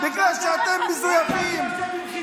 בגלל שאתם מזויפים.